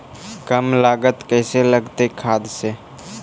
कम लागत कैसे लगतय खाद से?